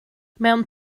mewn